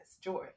joy